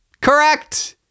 Correct